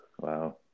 wow